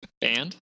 band